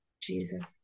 Jesus